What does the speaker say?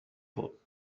بود